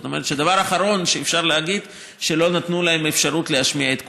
זאת אומרת שהדבר האחרון שאפשר להגיד הוא שלא נתנו להם להשמיע את קולם.